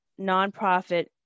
nonprofit